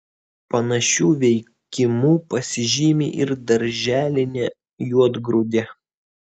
panašiu veikimu pasižymi ir darželinė juodgrūdė